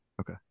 okay